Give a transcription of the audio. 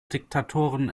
diktatoren